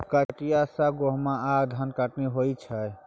कचिया सँ गहुम आ धनकटनी होइ छै